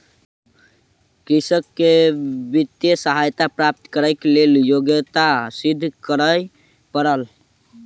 कृषक के वित्तीय सहायता प्राप्त करैक लेल योग्यता सिद्ध करअ पड़ल